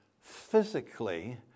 physically